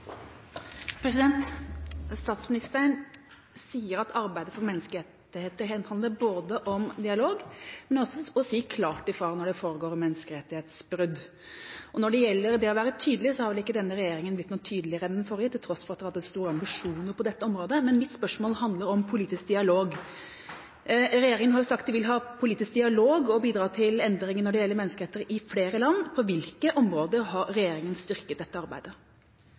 Statsministeren sier at arbeidet for menneskerettigheter handler om dialog, men også om å si klart ifra når det foregår menneskerettighetsbrudd. Når det gjelder det å være tydelig, har vel ikke denne regjeringa blitt noe tydeligere enn den forrige, til tross for at den har hatt store ambisjoner på dette området. Men mitt spørsmål handler om politisk dialog. Regjeringa har sagt de vil ha politisk dialog og bidra til endringer når det gjelder menneskerettigheter i flere land. På hvilke områder har regjeringa styrket dette arbeidet?